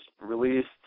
released